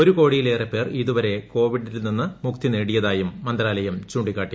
ഒരു കോടിയിലേറെ പേർ ഇതുവരെ കോവിഡിൽ നിന്ന് മുക്തി നേടിയതായും മന്ത്രാലയം ചൂണ്ടിക്കാട്ടി